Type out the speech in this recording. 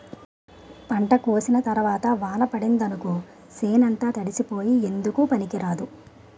పంట కోసిన తరవాత వాన పడిందనుకో సేనంతా తడిసిపోయి ఎందుకూ పనికిరాదు